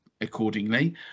accordingly